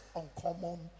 uncommon